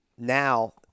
Now